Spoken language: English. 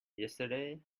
yesterday